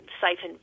siphon